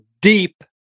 deep